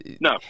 No